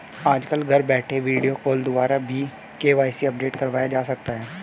आजकल घर बैठे वीडियो कॉल द्वारा भी के.वाई.सी अपडेट करवाया जा सकता है